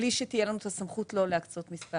בלי שתהיה לנו את הסמכות לא לה קצות מספר,